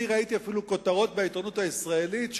אני ראיתי אפילו כותרות בעיתונות הישראלית על כך